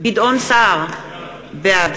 גדעון סער, בעד